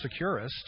securist